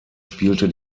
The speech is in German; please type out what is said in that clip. spielte